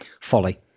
folly